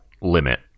limit